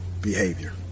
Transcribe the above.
behavior